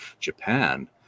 Japan